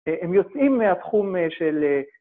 ‫הם יוצאים מהתחום של...